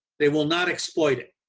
they will not exploit it.